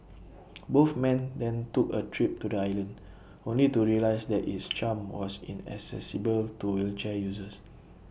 both men then took A trip to the island only to realise that its charm was inaccessible to wheelchair users